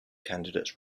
candidates